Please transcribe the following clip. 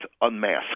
unmasked